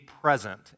present